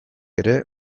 ere